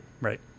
Right